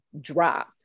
drop